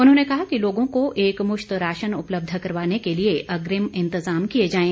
उन्होंने कहा कि लोगों को एकमुश्त राशन उपलब्ध करवाने के लिए अग्रिम इंतज़ाम किए जाएं